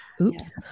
Oops